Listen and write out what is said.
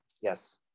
Yes